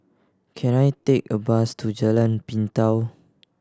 can I take a bus to Jalan Pintau